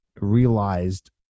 realized